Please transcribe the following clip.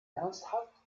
ernsthaft